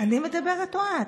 אני מדברת או את?